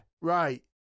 right